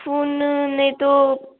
phone नेईं तो